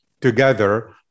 Together